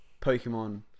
Pokemon